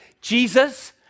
Jesus